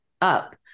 up